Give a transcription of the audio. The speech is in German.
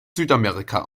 südamerika